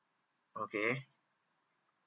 okay